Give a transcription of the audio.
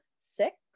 six